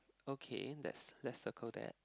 okay let's let's circle that